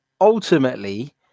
ultimately